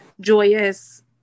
joyous